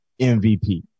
MVP